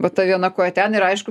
va ta viena koja ten ir aišku